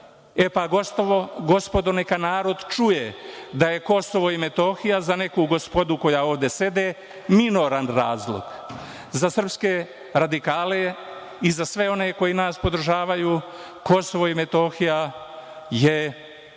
E pa gospodo, neka narod čuje da je Kosovo i Metohija za neku gospodu koja ovde sede minoran razlog. Za srpske radikale i za sve one koji nas podržavaju Kosovo i Metohija je